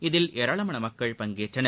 இதில் ஏராளமான மக்கள் பங்கேற்றனர்